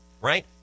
right